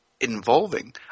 involving